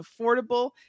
affordable